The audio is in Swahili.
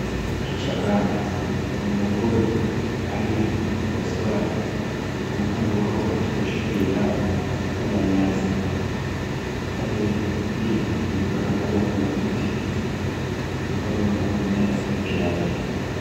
Kichakani, wanyama pori aina wa swara wanaonekana wako katika shughuli yao ya kula nyasi. Pale vile kunaonekana kuwa kuna mti ambao unaomea pekee yake.